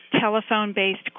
Telephone-based